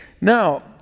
Now